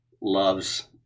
loves